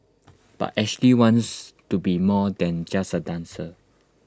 but Ashley wants to be more than just A dancer